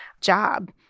job